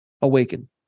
awaken